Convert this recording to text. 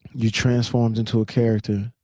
you transform into a character,